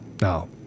Now